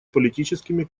политическими